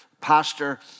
pastor